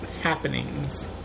happenings